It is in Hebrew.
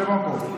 שב במקום.